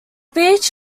beach